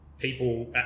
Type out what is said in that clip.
People